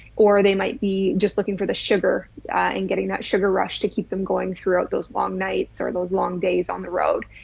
or they might be just looking for the sugar and getting that sugar rush to keep them going throughout those long nights or those long days on the road.